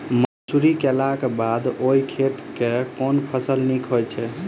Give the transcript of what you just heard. मसूरी केलाक बाद ओई खेत मे केँ फसल नीक होइत छै?